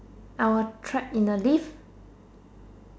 uh trapped in the lift